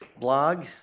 blog